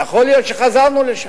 ויכול להיות שחזרנו לשם.